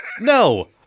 No